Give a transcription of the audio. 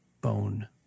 bone